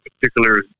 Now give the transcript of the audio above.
particular